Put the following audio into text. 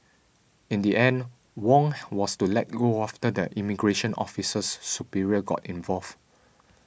in the end Wong was let go after that immigration officer's superior got involved